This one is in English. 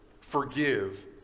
forgive